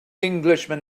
englishman